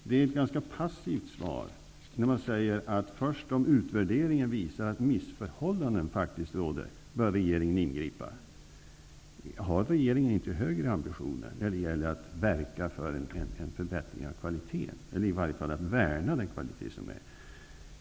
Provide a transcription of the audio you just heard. Det är ett ganska passivt svar när skolministern säger att ''först om utvärderingen visar att missförhållanden faktiskt råder, bör regeringen ingripa''. Har regeringen inte högre ambitioner när det gäller att verka för en förbättring av kvaliteten, eller åtminstone när det gäller att värna den nuvarande kvaliteten?